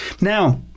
Now